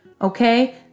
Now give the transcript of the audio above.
Okay